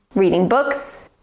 reading books,